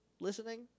listening